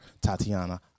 Tatiana